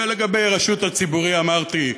לגבי הרשות הציבורית, אמרתי.